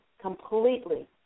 completely